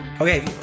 okay